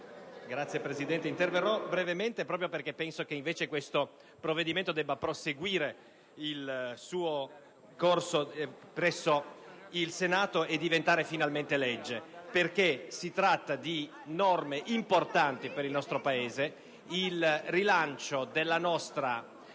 Signor Presidente, interverrò brevemente perché invece penso che questo provvedimento debba proseguire il proprio corso presso il Senato e diventare finalmente legge. Si tratta infatti di norme importanti per il nostro Paese: il rilancio della nostra